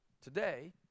today